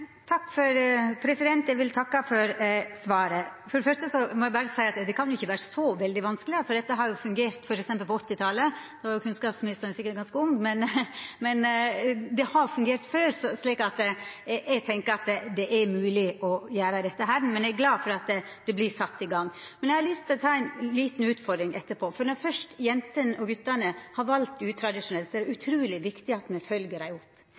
Eg vil takka for svaret. For det første må eg seia at det kan jo ikkje vera så veldig vanskeleg, for det har fungert, f.eks. på 1980-talet. Då var kunnskapsministeren sikkert ganske ung, men det har fungert før. Eg tenkjer det er mogleg å gjera dette, og eg er glad for at det vert sett i gang. Men eg har lyst til å ta ei lita utfordring som kjem etterpå, for når først jentene og gutane har valt utradisjonelt, er det utruleg viktig at me følgjer dei opp.